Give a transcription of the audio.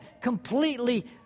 completely